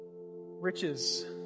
Riches